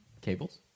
cables